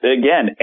again